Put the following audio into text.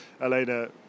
Elena